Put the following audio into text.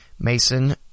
Mason